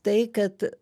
tai kad